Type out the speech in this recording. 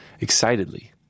excitedly